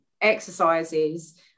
exercises